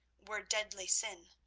were deadly sin.